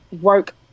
work